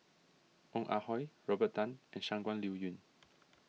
Ong Ah Hoi Robert Tan and Shangguan Liuyun